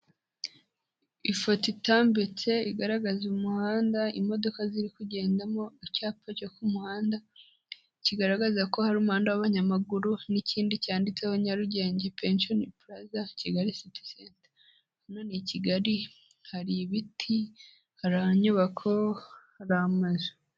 Ifoto itambitse, igaragaza umuhanda, imodoka ziri kugendamo, icyapa cyo ku muhanda, kigaragaza ko hari umuhanda w'abanyamaguru, n'ikindi cyanditseho Nyarugenge Pension Plaza, Kigali City Center. Hano ni i Kigali hari ibiti, hari inyubako hari amazu.